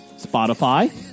Spotify